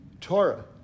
Torah